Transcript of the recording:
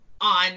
on